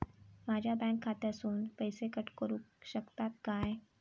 माझ्या बँक खात्यासून पैसे कट करुक शकतात काय?